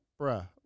bruh